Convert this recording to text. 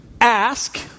ask